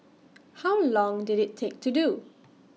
how long did IT take to do